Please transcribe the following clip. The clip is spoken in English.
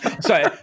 Sorry